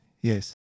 Yes